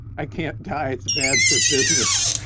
i can't die, it's bad for business.